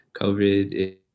covid